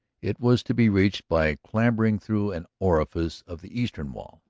it was to be reached by clambering through an orifice of the eastern wall,